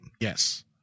Yes